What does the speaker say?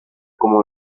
como